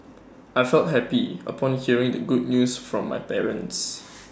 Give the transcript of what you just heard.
I felt happy upon hearing the good news from my parents